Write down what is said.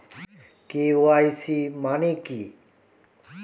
KYC মানে কি?